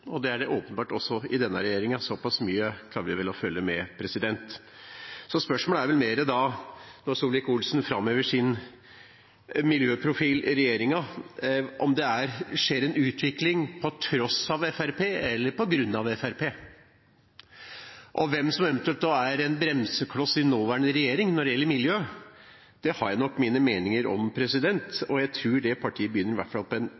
og det er det åpenbart også i denne regjeringen. Såpass mye klarer vi å følge med. Spørsmålet er mer, når Solvik-Olsen framhever sin miljøprofil i regjeringen, om det skjer en utvikling på tross av Fremskrittspartiet eller på grunn av Fremskrittspartiet. Hvem som eventuelt er en bremsekloss i den nåværende regjering når det gjelder miljø, har jeg nok mine meninger om. Jeg tror det partiet begynner med en f og slutter med en p, hvis vi ser på